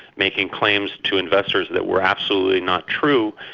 making claims to investors that were absolutely not true.